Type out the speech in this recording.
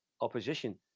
opposition